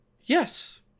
yes